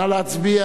נא להצביע.